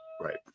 Right